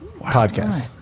podcast